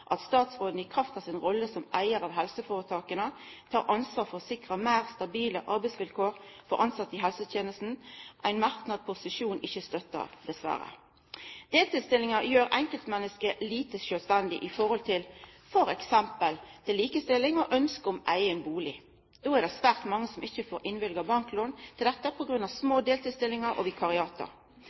at statsråden i kraft av si rolle som eigar av helseføretaka tek ansvar for å sikra meir stabile arbeidsvilkår for tilsette i helsetenesta, noko posisjonen ikkje støttar, dessverre. Deltidsstillingar gjer enkeltmenneske lite sjølvstendige f.eks. i forhold til likestilling og ønsket om eigen bustad. Då er det svært mange som ikkje får innvilga banklån til det på grunn av små deltidsstillingar og